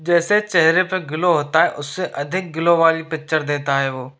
जैसे चेहरे पर ग्लो होता है उस से अधिक ग्लो वाली पिक्चर देता है वो